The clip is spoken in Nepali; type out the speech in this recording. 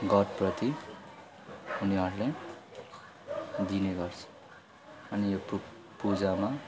गडप्रति उनीहरूले दिने गर्छ अनि यो पू पूजामा